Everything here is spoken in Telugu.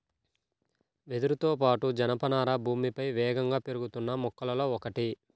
వెదురుతో పాటు, జనపనార భూమిపై వేగంగా పెరుగుతున్న మొక్కలలో ఒకటి